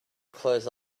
close